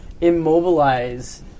immobilize